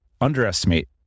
underestimate